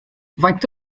faint